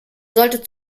sollte